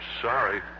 sorry